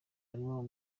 yarimo